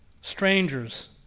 strangers